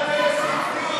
התשע"ח 2018, לא